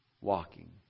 walking